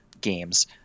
games